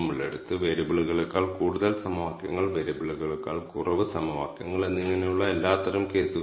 ഓരോ വേരിയബിളിനും ഇത് ക്ലസ്റ്ററുകളുടെ മാർഗങ്ങൾ നൽകും